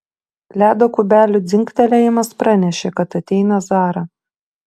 ledo kubelių dzingtelėjimas pranešė kad ateina zara